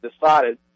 decided